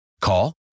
Call